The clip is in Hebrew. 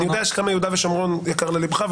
אני יודע שיהודה ושומרון יקר לליבך.